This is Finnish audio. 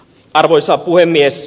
arvoisa puhemies